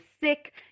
sick